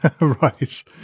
Right